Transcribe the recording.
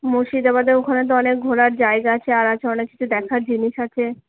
মুর্শিদাবাদের ওখানে তো অনেক ঘোরার জায়গা আছে আর আছে অনেক কিছু দেখার জিনিস আছে